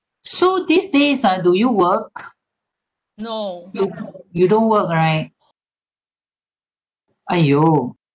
so these days ah do you work you you don't work right !aiyo!